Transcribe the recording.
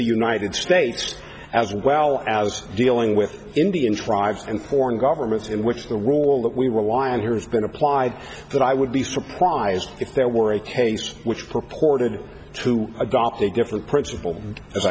the united states as well as dealing with indian tribes and foreign governments in which the role that we were why i'm here has been applied but i would be surprised if there were a case which purported to adopt a different principle as